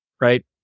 right